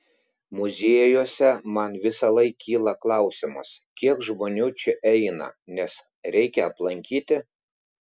muziejuose man visąlaik kyla klausimas kiek žmonių čia eina nes reikia aplankyti